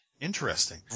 Interesting